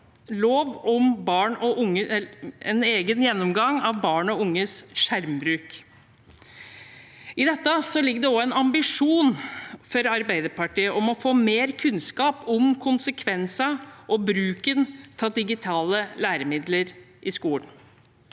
varslet en egen gjennomgang av barn og unges skjermbruk. I dette ligger det også en ambisjon for Arbeiderpartiet om å få mer kunnskap om konsekvensene og bruken av digitale læremidler i skolen.